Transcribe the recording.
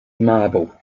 marble